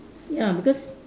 ya because